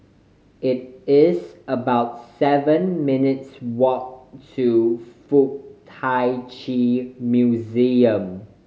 it is about seven minutes' walk to Fuk Tak Chi Museum